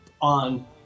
on